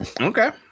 Okay